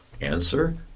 Answer